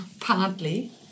partly